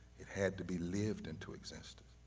it had to be lived into existence.